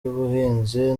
ubuhinzi